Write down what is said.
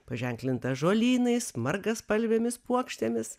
paženklinta žolynais margaspalvėmis puokštėmis